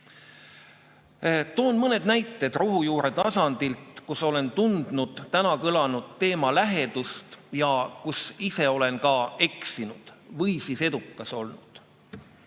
Toon mõned näited rohujuure tasandilt, kus olen tundnud täna kõlanud teema lähedust ja kus ise olen ka eksinud või edukas olnud.